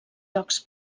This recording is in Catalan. jocs